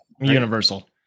Universal